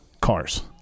Cars